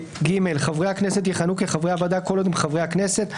(ג) חברי הכנסת יכהנו כחברי הוועדה כל עוד הם חברי הכנסת,